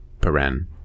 paren